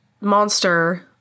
monster